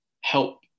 help